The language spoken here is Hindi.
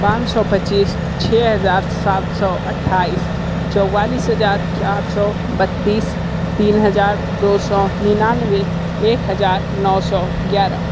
पाँच सौ पच्चीस छः हज़ार सात सौ अठाईस चौंतालीस हज़ार चार सौ बत्तीस तीन हज़ार दो सौं निन्यानवे एक हज़ार नौ सौ ग्यारह